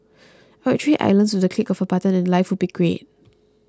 I would trade islands with the click of a button and life would be great